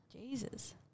Jesus